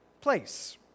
place